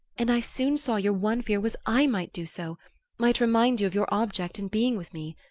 and i soon saw your one fear was i might do so might remind you of your object in being with me.